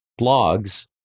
blogs